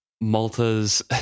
Malta's